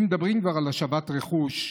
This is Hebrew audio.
אם מדברים כבר על השבת רכוש,